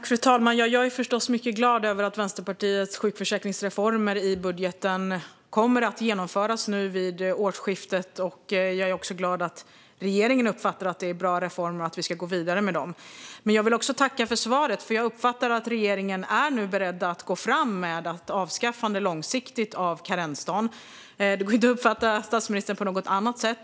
Fru talman! Jag är förstås mycket glad över att Vänsterpartiets sjukförsäkringsreformer i budgeten kommer att genomföras nu vid årsskiftet. Jag är också glad över att regeringen uppfattar att det är bra reformer som vi ska gå vidare med. Jag vill också tacka för svaret, för jag uppfattar att regeringen nu är beredd att gå fram med ett långsiktigt avskaffande av karensdagen. Det går inte att uppfatta statsministern på något annat sätt.